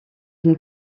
une